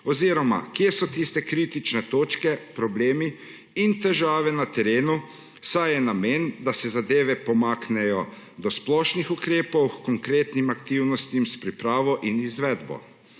oziroma kje so tiste kritične točke, problemi in težave na terenu, saj je namen, da se zadeve pomaknejo do splošnih ukrepov h konkretnim aktivnostim s pripravo in izvedbo.